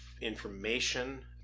information